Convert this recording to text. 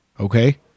Okay